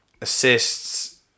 assists